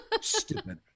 stupid